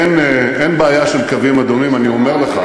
אין בעיה של קווים אדומים, אני אומר לך.